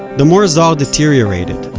the more zohar deteriorated,